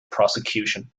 prosecution